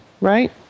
right